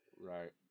Right